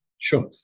Sure